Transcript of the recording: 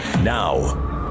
Now